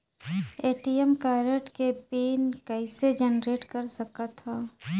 ATM card के pin कइसे generate कर सकथव?